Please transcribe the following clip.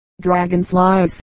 dragonflies